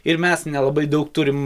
ir mes nelabai daug turim